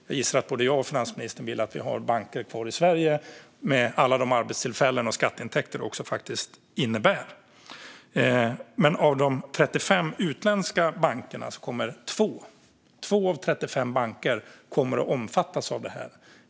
Jag gissar att både jag och finansministern vill att vi ska ha banker kvar i Sverige med alla de arbetstillfällen och skatteintäkter som det innebär. Av de 35 utländska bankerna kommer 2 att omfattas av detta.